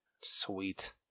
sweet